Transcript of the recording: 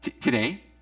today